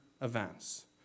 events